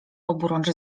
oburącz